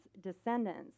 descendants